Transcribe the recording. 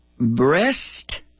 breast